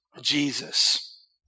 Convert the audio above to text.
Jesus